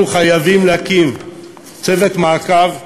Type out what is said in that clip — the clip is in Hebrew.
אנחנו חייבים להקים צוות מעקב באוצר,